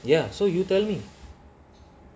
ya so you tell me